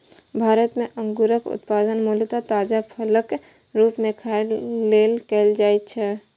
भारत मे अंगूरक उत्पादन मूलतः ताजा फलक रूप मे खाय लेल कैल जाइ छै